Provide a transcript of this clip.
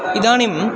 इदानीम्